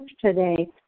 today